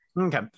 Okay